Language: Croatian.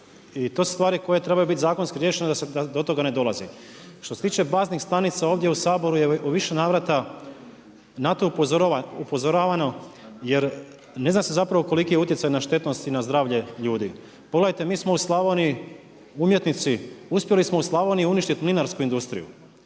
i to su stvari koje trebaju biti zakonski riješene da se do toga ne dolazi. Što se tiče baznih stanica ovdje u Saboru je u više navrata na to upozoravano, jer ne zna se zapravo koliki je utjecaj na štetnosti, na zdravlje ljudi. Pogledajte, mi smo u Slavoniji, umjetnici, uspjeli smo u Slavoniji uništiti mlinarsku industriju.